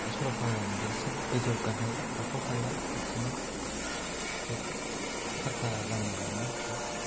सरलपारा मोनजासिम गोजौ गाहाय हाखर हाला बिदिनो जोब पाक्का लामा नङा आरोखि